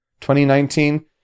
2019